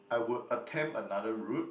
I would attempt another route